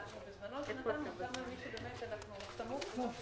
בזמנו נתנו למי שסמוך --- לא,